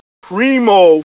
Primo